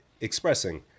expressing